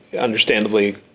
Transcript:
understandably